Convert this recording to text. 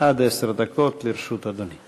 עד עשר דקות לרשות אדוני.